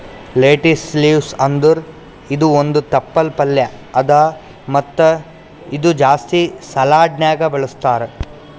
lettuce leaves ಅಂದುರ್ ಇದು ಒಂದ್ ತಪ್ಪಲ್ ಪಲ್ಯಾ ಅದಾ ಮತ್ತ ಇದು ಜಾಸ್ತಿ ಸಲಾಡ್ನ್ಯಾಗ ಬಳಸ್ತಾರ್